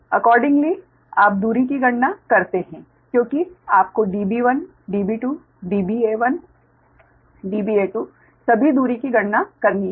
तदनुसार आप दूरीकी गणना करते हैं क्योंकि आपको Db1 Db2 Da1 Da2 सभी दूरी की गणना करनी है